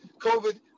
COVID